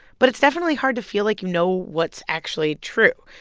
but it's definitely hard to feel like you know what's actually true.